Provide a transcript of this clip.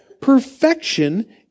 Perfection